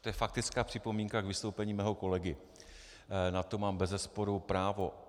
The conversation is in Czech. To je faktická připomínka k vystoupení mého kolegy, na tu mám bezesporu právo.